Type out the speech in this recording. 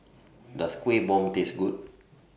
Does Kueh Bom Taste Good